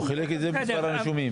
הוא חילק את זה במספר הנישומים,